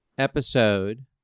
episode